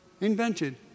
invented